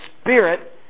spirit